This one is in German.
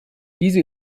diese